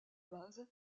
base